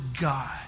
God